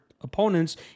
opponents